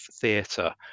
theatre